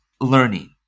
learning